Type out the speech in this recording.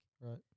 Right